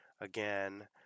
again